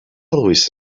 always